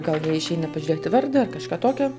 gal neišeina pažiūrėt į vardą ar kažką tokio